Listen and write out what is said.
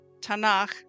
Tanakh